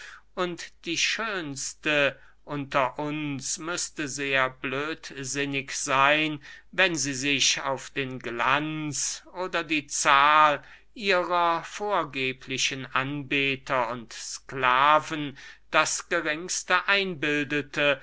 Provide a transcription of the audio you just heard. und die schönste unter uns müßte sehr blödsinnig seyn wenn sie sich auf den glanz oder die zahl ihrer vorgeblichen anbeter und sklaven das geringste einbildete